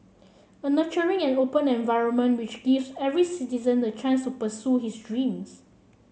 a nurturing and open environment which gives every citizen the chance to pursue his dreams